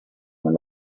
nel